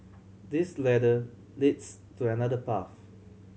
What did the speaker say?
this ladder leads to another path